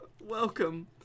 Welcome